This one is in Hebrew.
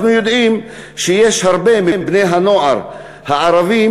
אנחנו יודעים שיש הרבה מבני-הנוער הערבים